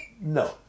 no